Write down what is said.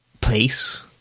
place